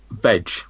Veg